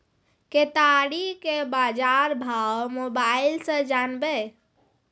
केताड़ी के बाजार भाव मोबाइल से जानवे?